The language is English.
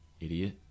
Idiot